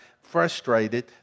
frustrated